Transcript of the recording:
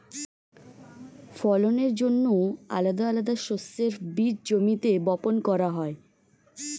ফলনের জন্যে আলাদা আলাদা শস্যের বীজ জমিতে বপন করা হয়